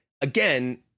again